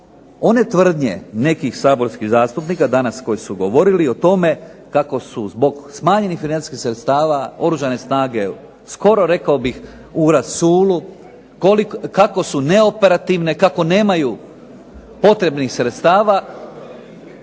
one tvrdnje nekih saborskih zastupnika danas koji su govorili o tome, kako su zbog smanjenih financijskih sredstava Oružane snage skoro rekao bih u rasulu, kako su neoperativne, kako nemaju potrebnih sredstava.